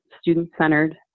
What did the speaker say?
student-centered